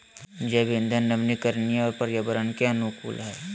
जैव इंधन नवीकरणीय और पर्यावरण के अनुकूल हइ